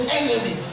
enemy